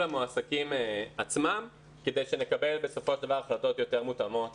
המועסקים עצמם כדי שנקבל בסופו של דבר החלטות יותר מותאמות